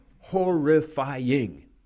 horrifying